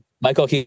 Michael